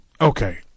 Okay